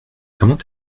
comment